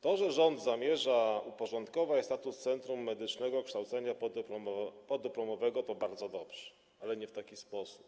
To, że rząd zamierza uporządkować status Centrum Medycznego Kształcenia Podyplomowego, to bardzo dobrze, ale nie w taki sposób.